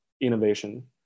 innovation